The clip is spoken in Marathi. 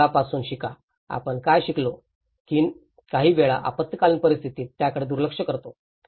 भूतकाळापासून शिका आपण काय शिकतो की काही वेळा आपत्कालीन परिस्थितीत त्याकडे दुर्लक्ष करतो